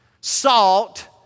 salt